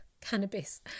cannabis